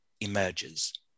emerges